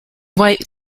white